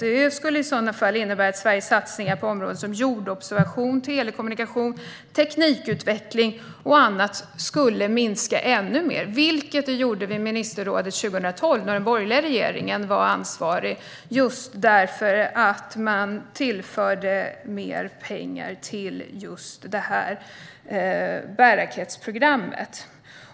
Det skulle i så fall innebära att Sveriges satsningar på områden som jordobservation, telekommunikation, teknikutveckling och annat skulle minska ännu mer - vilket det gjorde vid ministerrådet 2012, då den borgerliga regeringen var ansvarig, just för att man tillförde mer pengar till bärraketsprogrammet.